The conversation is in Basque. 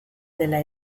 dela